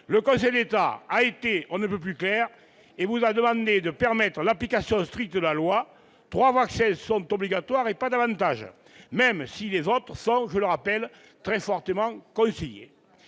Le Conseil d'État a été on ne peut plus clair et a demandé au Gouvernement de permettre l'application stricte de la loi : trois vaccinations sont obligatoires et pas davantage, même si les autres sont, je le rappelle, très fortement conseillées.